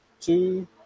two